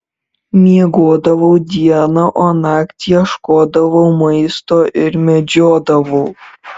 miegodavau dieną o naktį ieškodavau maisto ir medžiodavau